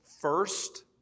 first